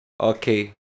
Okay